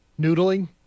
Noodling